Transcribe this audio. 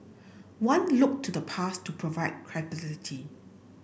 one looked to the past to provide credibility